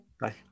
bye